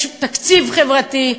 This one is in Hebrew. יש תקציב חברתי,